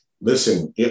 Listen